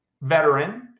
veteran